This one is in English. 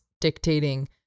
dictating